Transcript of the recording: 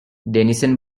denison